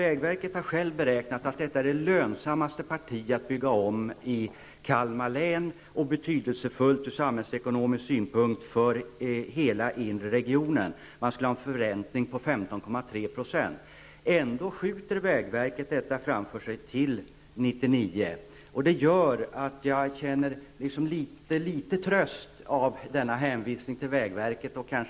Vägverket har självt beräknat att detta är den lönsammaste sträckan att bygga om i Kalmar län, och det är betydelsefullt ur samhällsekonomisk synpunkt för hela den inre regionen. Det skulle bli en förräntning på 15,3 %. Ändå skjuter vägverket denna ombyggnad framför sig till år 1999. Det gör att denna hänvisning till vägverket är en klen tröst.